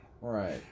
Right